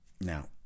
Now